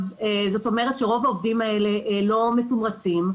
זאת אומרת שרוב העובדים האלה לא מתומרצים,